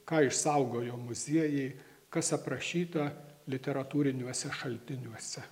ką išsaugojo muziejai kas aprašyta literatūriniuose šaltiniuose